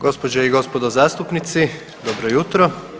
Gospođe i gospodo zastupnici dobro jutro!